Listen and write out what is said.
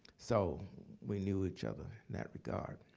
so we knew each other in that regard.